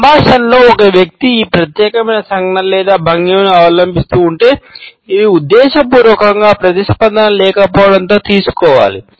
సంభాషణలో ఒక వ్యక్తి ఈ ప్రత్యేకమైన సంజ్ఞ లేదా భంగిమను అవలంబిస్తూ ఉంటే అది ఉద్దేశపూర్వకంగా ప్రతిస్పందన లేకపోవడంతో తీసుకోవాలి